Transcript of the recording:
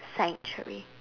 sanctuary